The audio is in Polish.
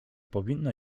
powinno